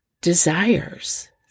desires